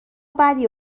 بدی